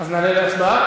אז נעלה להצבעה?